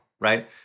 right